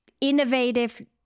innovative